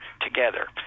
together